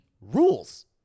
rules